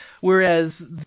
Whereas